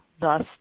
thus